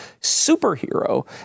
superhero